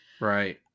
Right